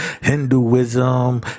Hinduism